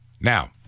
Now